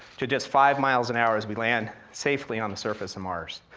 to just five miles an hour as we land safely on the surface of mars.